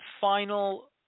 final